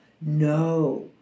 No